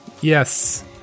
Yes